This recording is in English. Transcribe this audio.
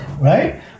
right